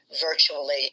virtually